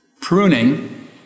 Pruning